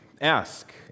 ask